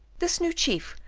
this new chief,